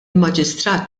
maġistrat